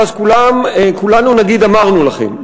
ואז כולנו נגיד: אמרנו לכם.